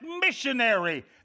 missionary